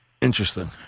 Interesting